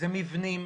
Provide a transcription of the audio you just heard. אלה מבנים,